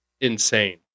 insane